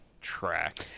Track